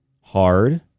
hard